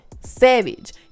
Savage